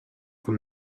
from